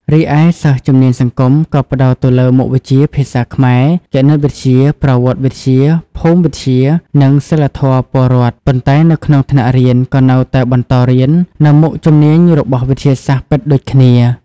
រីឯសិស្សជំនាញសង្គម ក៏ផ្តោតទៅលើ មុខវិជ្ជាភាសាខ្មែរ គណិតវិទ្យា ប្រវត្តិវិទ្យា ភូមិវិទ្យា និងសីលធម៌ពលរដ្ឋ ប៉ុន្តែនៅក្នុងថ្នាក់រៀនក៏នៅតែបន្តរៀននៅមុខជំនាញរបស់វិទ្យាសាស្ត្រពិតដូចគ្នា។